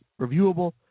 reviewable